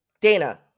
Dana